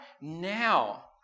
now